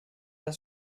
das